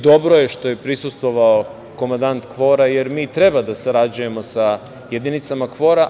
Dobro je što je prisustvovao komandant KFOR-a, jer mi treba da sarađujemo sa jedinicama KFOR-a.